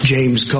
James